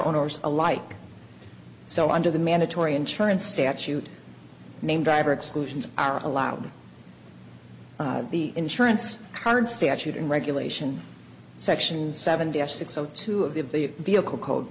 owners alike so under the mandatory insurance statute name driver exclusions are allowed the insurance card statute and regulation sections seven dash six zero two of the of the vehicle co